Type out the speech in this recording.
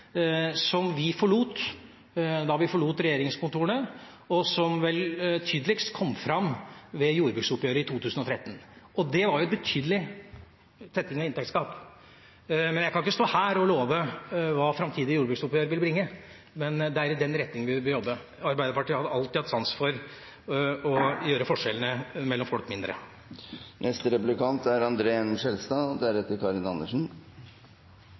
som vi forlot da vi forlot regjeringskontorene, og som vel tydeligst kom fram ved jordbruksoppgjøret i 2013. Det var en betydelig tetting av inntektsgap. Jeg kan ikke stå her og love hva framtidige jordbruksoppgjør vil bringe, men det er i den retninga vi vil jobbe. Arbeiderpartiet har alltid hatt sansen for å gjøre forskjellene mellom folk mindre. Det er